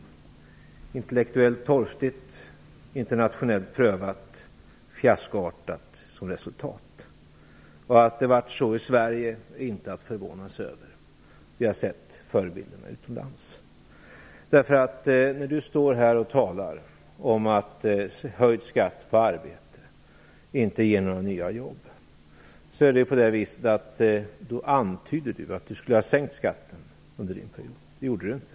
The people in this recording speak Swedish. Detta är intellektuellt torftigt, internationellt prövat och fiaskoartat som resultat. Att resultatet blev detsamma i Sverige är inte att förvånas över - vi har sett förebilderna utomlands. Bo Lundgren talar om att en höjning av skatten på arbete inte ger några nya jobb, och han antyder då att han skulle ha sänkt skatten under sin regeringsperiod. Det gjorde han inte.